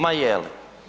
Ma je li?